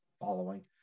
following